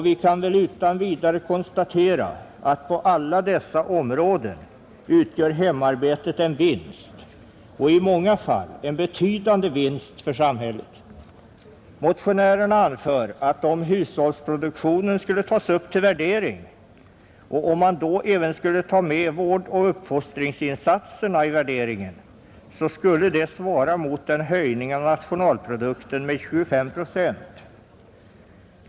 Vi kan väl utan vidare konstatera att på alla dessa områden utgör hemarbetet en vinst, i många fall en betydande vinst, för samhället. Motionärerna anför att om hushållsproduktionen skulle tas upp till värdering, och om man då även skulle ta med vårdoch uppfostringsinsatserna i värderingen, skulle det svara mot en höjning av bruttonationalprodukten med 25 procent.